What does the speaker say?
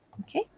okay